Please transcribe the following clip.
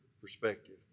perspective